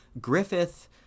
Griffith